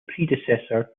predecessor